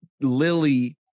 Lily